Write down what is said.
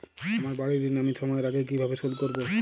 আমার বাড়ীর ঋণ আমি সময়ের আগেই কিভাবে শোধ করবো?